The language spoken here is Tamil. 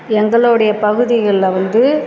எங்களோடைய பகுதிகளில் வந்து